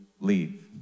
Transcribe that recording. leave